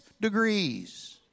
degrees